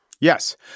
Yes